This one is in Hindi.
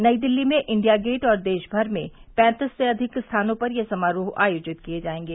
नई दिल्ली में इंडिया गेट और देशमर में पैतीस से अधिक स्थानों पर ये समारोह आयोजित किए जाएंगे